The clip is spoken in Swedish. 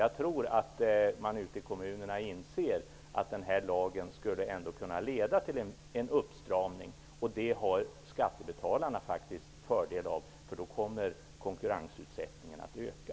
Jag tror att man ute i kommunerna inser att denna lag ändå skulle kunna leda till en åtstramning. Det har skattebetalarna faktiskt fördel av. Då kommer konkurrensutsättningen att öka.